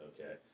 Okay